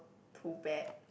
pull back